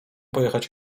pojechać